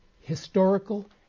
historical